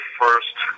first